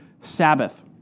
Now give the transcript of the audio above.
Sabbath